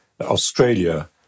Australia